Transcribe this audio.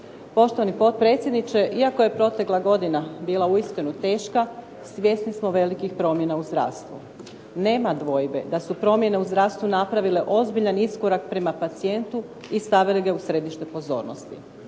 Poštovani potpredsjedniče, iako je protekla godina bila uistinu teška svjesni smo velikih promjena u zdravstvu. Nema dvojbe da su promjene u zdravstvu napravile ozbiljan iskorak prema pacijentu i stavile ga u središte pozornosti.